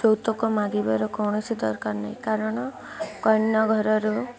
ଯୌତୁକ ମାଗିବାର କୌଣସି ଦରକାର ନାହିଁ କାରଣ କନ୍ୟା ଘରରୁ